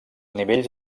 nivells